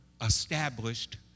established